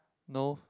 no